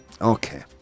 Okay